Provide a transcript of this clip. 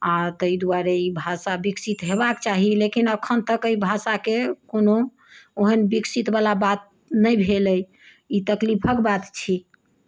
आ ताहि दुआरे ई भाषा विकसित होयबाके चाही लेकिन अखन तक एहि भाषाके कओनो ओहन विकसित बला बात नही भेल अछि ई तकलीफक बात छी